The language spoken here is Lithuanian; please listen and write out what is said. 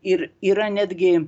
ir yra netgi